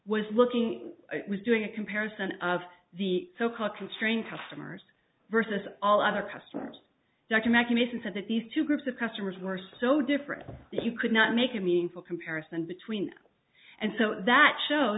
was looking was doing a comparison of the so called constrain customers versus all other customers dr mackey mason said that these two groups of customers were so different that you could not make a meaningful comparison between and so that show